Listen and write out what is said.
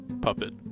puppet